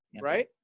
right